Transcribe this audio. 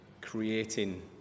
creating